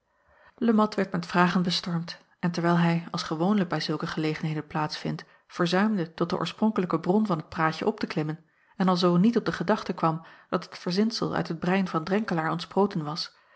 at werd met vragen bestormd en terwijl hij als gewoonlijk bij zulke gelegenheden plaats vindt verzuimde tot de oorspronkelijke bron van het praatje op te klimmen en alzoo niet op de gedachte kwam dat het verzinsel uit het brein van renkelaer ontsproten was